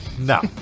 No